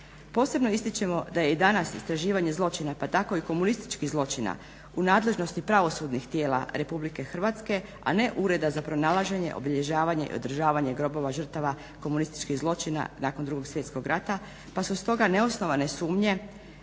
Posebno ističemo da je i danas istraživanje zločina, pa tako i komunističkih zločina u nadležnosti pravosudnih tijela RH a ne Ureda za pronalaženje, obilježavanje i održavanje grobova žrtava komunističkih zločina nakon Drugog svjetskog rata, pa su stoga neosnovane sumnje